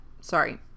sorry